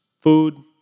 food